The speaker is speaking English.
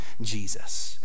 Jesus